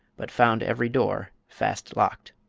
but found every door fast locked.